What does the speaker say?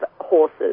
horses